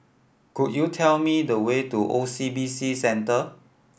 could you tell me the way to O C B C Centre